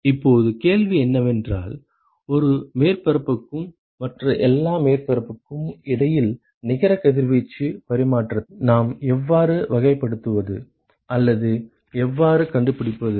இப்போது கேள்வி என்னவென்றால் ஒரு மேற்பரப்புக்கும் மற்ற எல்லா மேற்பரப்புகளுக்கும் இடையில் நிகர கதிர்வீச்சு பரிமாற்றத்தை நாம் எவ்வாறு வகைப்படுத்துவது அல்லது எவ்வாறு கண்டுபிடிப்பது